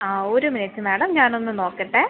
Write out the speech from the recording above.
ആ ഒരു minute madam ഞാൻ ഒന്ന് നോക്കട്ടെ